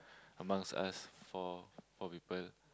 amongst us four four people